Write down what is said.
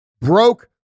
broke